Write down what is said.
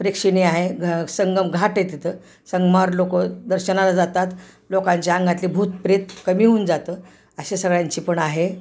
प्रेक्षिणीय आहे घ संगम घाट आहे तिथं संगमावर लोक दर्शनाला जातात लोकांच्या अंगातले भूत प्रेत कमी होऊन जातं अशा सगळ्यांची पण आहे